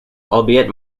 albeit